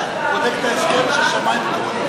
מר פרוש, הוא בודק את ההסכם של שמים פתוחים.